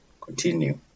Continue